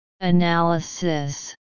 Analysis